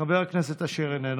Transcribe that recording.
חבר הכנסת לוין,